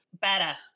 Better